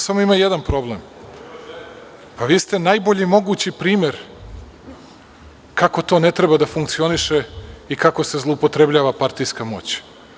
Samo ima jedan problem, pa, vi ste najbolji mogući primer kako to ne treba da funkcioniše i kako se zloupotrebljava partijska moć.